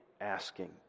asking